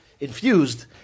infused